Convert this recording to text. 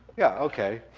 yeah, okay.